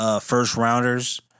first-rounders